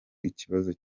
ikibazo